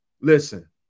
Listen